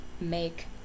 make